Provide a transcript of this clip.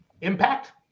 impact